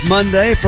Monday